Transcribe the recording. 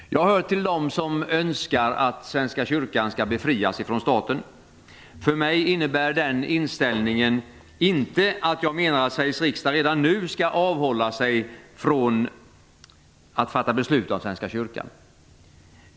Jag hör till dem som önskar att Svenska kyrkan skall befrias från staten. För mig innebär den inställningen inte att jag menar att Sveriges riksdag redan nu skall avhålla sig från att fatta beslut om Svenska kyrkan.